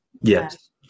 Yes